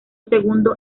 segundo